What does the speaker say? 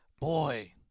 boy